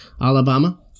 Alabama